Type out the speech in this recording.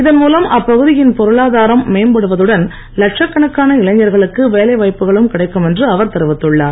இதன்மூலம் அப்பகுதியின் பொருளாதாரம் மேம்படுவதுடன் லட்சக்கணக்கான இளைஞ்களுக்கு வேலைவாய்ப்புகளும் கிடைக்கும் என்று அவர் தெரிவித்துள்ளார்